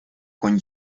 con